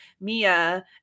mia